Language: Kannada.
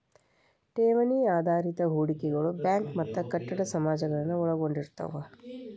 ಠೇವಣಿ ಆಧಾರಿತ ಹೂಡಿಕೆಗಳು ಬ್ಯಾಂಕ್ ಮತ್ತ ಕಟ್ಟಡ ಸಮಾಜಗಳನ್ನ ಒಳಗೊಂಡಿರ್ತವ